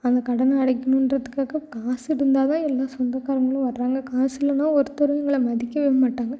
அந்த கடனை அடைக்கணும்ன்றதுக்காக காசு இருந்தால் தான் எல்லா சொந்தகாரங்களும் வர்றாங்க காசு இல்லைனா ஒருத்தரும் எங்களை மதிக்க மாட்டாங்க